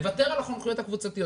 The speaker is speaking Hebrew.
נוותר על חונכויות קבוצתיות.